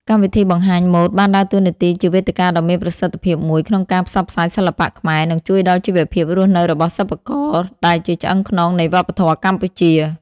កម្មវិធីបង្ហាញម៉ូដបានដើរតួនាទីជាវេទិកាដ៏មានប្រសិទ្ធភាពមួយក្នុងការផ្សព្វផ្សាយសិល្បៈខ្មែរ និងជួយដល់ជីវភាពរស់នៅរបស់សិប្បករ ដែលជាឆ្អឹងខ្នងនៃវប្បធម៌កម្ពុជា។